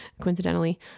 coincidentally